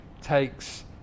takes